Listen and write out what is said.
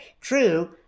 true